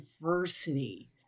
diversity